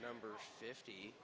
number fifty